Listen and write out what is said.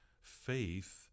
faith